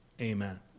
Amen